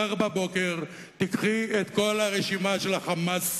מחר בבוקר תיקחו את כל הרשימה של ה"חמאס",